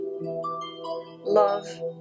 Love